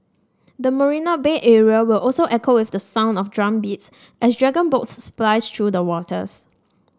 the Marina Bay area will also echo with the sound of drumbeats as dragon boats splice through the waters